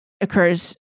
occurs